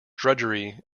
drudgery